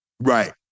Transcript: Right